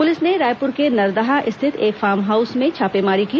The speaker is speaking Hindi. पुलिस ने रायपुर के नरदहा स्थित एक फॉर्म हाउस में छापेमारी की